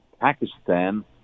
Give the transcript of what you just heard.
Pakistan